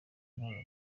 ruhando